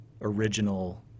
original